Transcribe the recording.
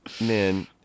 man